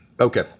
Okay